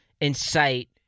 incite